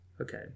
Okay